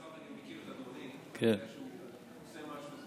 מאחר שאני מכיר את אדוני ואני יודע שהוא עושה משהו,